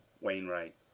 Wainwright